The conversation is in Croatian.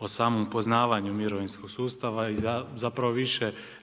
o samom poznavanju mirovinskog sustava i zapravo više načinu